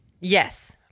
Yes